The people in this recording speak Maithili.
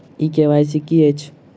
ई के.वाई.सी की अछि?